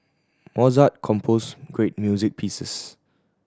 Mozart composed great music pieces